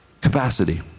capacity